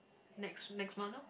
next next month lor